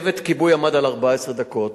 של צוות כיבוי עמד על 14 דקות.